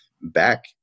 back